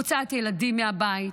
הוצאת ילדים מהבית,